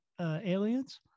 aliens